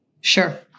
Sure